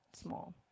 small